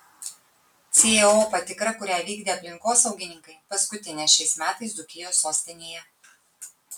co patikra kurią vykdė aplinkosaugininkai paskutinė šiais metais dzūkijos sostinėje